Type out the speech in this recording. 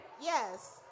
Yes